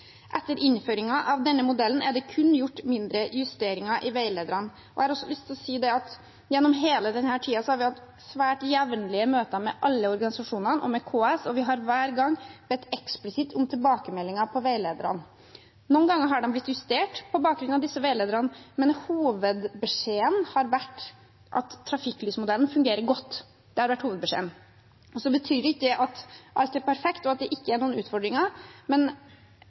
Etter innføringen av denne modellen er det kun gjort mindre justeringer i veilederne. Jeg har også lyst til å si at gjennom hele denne tiden har vi hatt svært jevnlige møter med alle organisasjonene og med KS, og vi har hver gang bedt eksplisitt om tilbakemeldinger på veilederne. Noen ganger har de blitt justert på bakgrunn av disse tilbakemeldingene, men hovedbeskjeden har vært at trafikklysmodellen fungerer godt. Det betyr ikke at alt er perfekt, og at det ikke er noen utfordringer, men